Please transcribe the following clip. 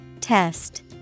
Test